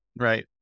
right